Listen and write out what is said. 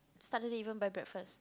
suddenly even buy breakfast